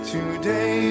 Today